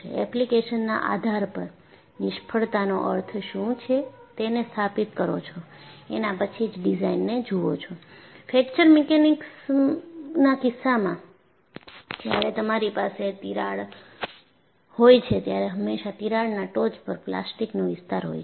એપ્લીકેશનના આધાર પર નિષ્ફળતા નો અર્થ શું છે તેને સ્થાપિત કરો છો એના પછી જ ડિઝાઇન ને જુઓ છો ફ્રેક્ચર મિકેનિક્સના કિસ્સામાં જ્યારે તમારી પાસે તિરાડ હોય છે ત્યારે હંમેશા તિરાડના ટોચ પર પ્લાસ્ટિકનો વિસ્તાર હોય છે